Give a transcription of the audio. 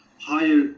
higher